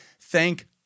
Thank